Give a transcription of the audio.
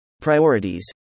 Priorities